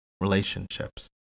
relationships